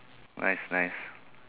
nice nice